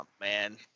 man